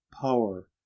power